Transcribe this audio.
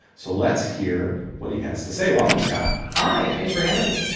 so let's hear what he has to say. welcome, scott. hi. thanks for having me.